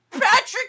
Patrick